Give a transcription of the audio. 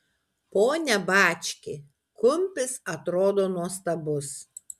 pone bački kumpis atrodo nuostabus